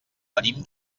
venim